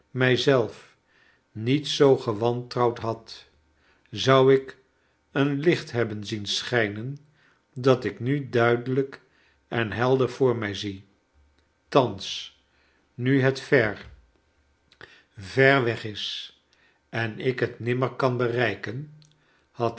zelf niet zoo gewantrouwd had zou ik een licht hebben zien schijnen dat ik nu duidelijk en helder voor mij zie thans nu het ver ver weg is en ik het nimmer kan bereiken had